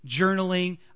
journaling